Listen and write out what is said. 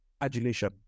adulation